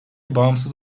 bağımsız